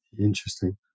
interesting